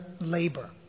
labor